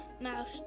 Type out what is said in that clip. mouse